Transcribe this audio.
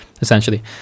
essentially